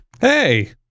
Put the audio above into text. Hey